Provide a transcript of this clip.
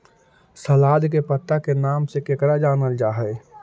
सलाद के पत्ता के नाम से केकरा जानल जा हइ?